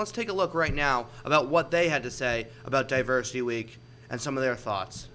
let's take a look right now about what they had to say about diversity week and some of their thoughts